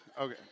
Okay